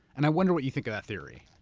and i wonder what you think of that theory.